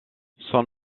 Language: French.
son